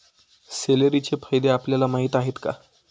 सेलेरीचे फायदे आपल्याला माहीत आहेत का?